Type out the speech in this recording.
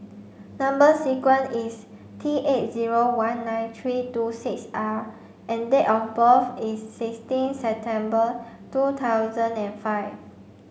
number sequence is T eight zero one nine three two six R and date of birth is sixteen September two thousand and five